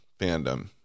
fandom